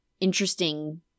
interesting